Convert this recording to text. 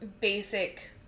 basic